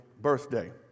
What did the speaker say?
birthday